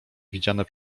widziane